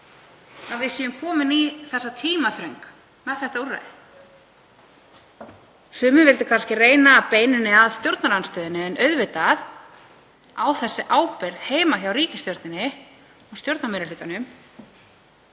að við séum komin í þessa tímaþröng með þetta úrræði? Sumir vildu kannski reyna að beina henni að stjórnarandstöðunni en auðvitað á þessi ábyrgð heima hjá ríkisstjórninni og stjórnarmeirihlutanum